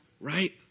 Right